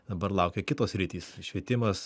dabar laukia kitos sritys švietimas